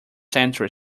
century